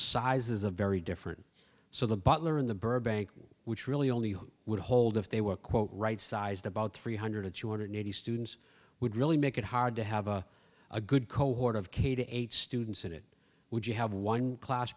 size is a very different so the butler in the burbank which really only would hold if they were quote right sized about three hundred to two hundred eighty students would really make it hard to have a a good cohort of k to eight students in it would you have one class